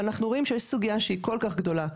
אבל אנחנו רואים שישנה סוגיה שהיא כל כך גדולה,